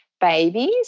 babies